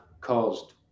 caused